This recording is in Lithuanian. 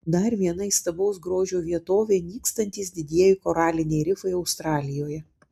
dar viena įstabaus grožio vietovė nykstantys didieji koraliniai rifai australijoje